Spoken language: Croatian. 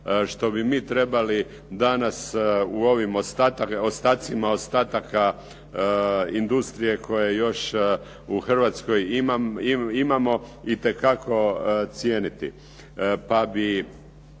Što bi mi trebali danas u ovim ostacima ostataka industrije koje još u Hrvatskoj imamo itekako cijeniti. Pa bih